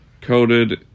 coated